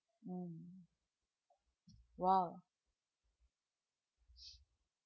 mm !wow!